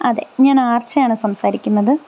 അതെ ഞാൻ ആർച്ചയാണ് സംസാരിക്കുന്നത്